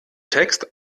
text